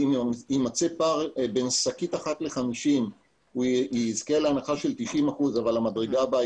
אם יימצא פער בין 1 50 שקיות הוא יזכה להנחה של 90% אבל המדרגה הבאה